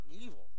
evil